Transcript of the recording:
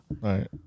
Right